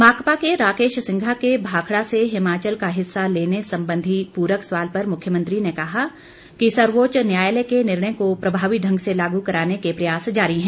माकपा के राकेश सिंघा के भाखड़ा से हिमाचल का हिस्सा लेने संबंधी पूरक सवाल पर मुख्यमंत्री ने कहा कि सर्वोच्च न्यायालय के निर्णय को प्रभावी ढंग से लागू कराने के प्रयास जारी हैं